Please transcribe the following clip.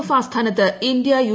F ആസ്ഥാനത്ത് India U